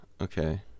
okay